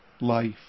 life